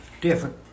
different